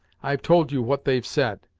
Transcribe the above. i've told you what they've said,